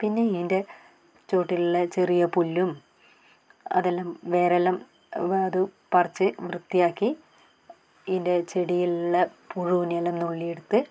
പിന്നെ ഇതിൻ്റെ ചുവട്ടിലുള്ള ചെറിയ പുല്ലും അതെല്ലാം വേരെല്ലാം അതെല്ലാം പറിച്ച് വൃത്തിയാക്കി ഇതിൻ്റെ ചെടിയിലുള്ള പുഴുവിനെ എല്ലാം നുള്ളിയെടുത്ത്